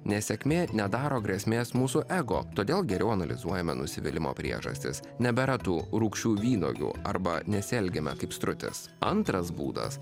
nesėkmė nedaro grėsmės mūsų ego todėl geriau analizuojama nusivylimo priežastis nebėra tų rūgščių vynuogių arba nesielgiama kaip strutis antras būdas